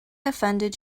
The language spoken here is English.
offended